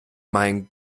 mein